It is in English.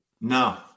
No